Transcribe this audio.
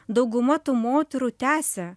dauguma tų moterų tęsia